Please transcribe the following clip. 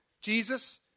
Jesus